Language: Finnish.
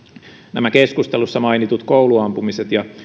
nämä keskustelussa mainitut kouluampumiset ja